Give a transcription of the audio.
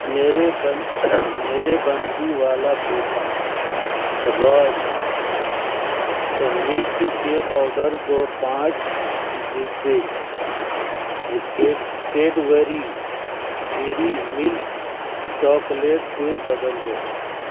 میرے بن میرے Bansiwala petha royal mix کے آڈر کو پانچ ڈبے کیڈ کیڈوری ڈیری ملک چاکلیٹ سے بدل دو